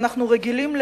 ואנחנו רגילים,